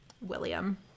William